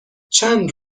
چند